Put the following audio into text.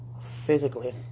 physically